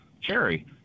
Cherry